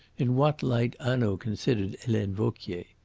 in what light hanaud considered helene vauquier.